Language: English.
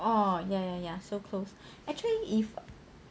orh ya ya ya so close actually if